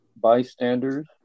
bystanders